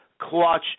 clutch